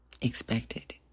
expected